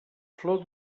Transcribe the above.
flor